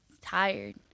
Tired